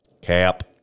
Cap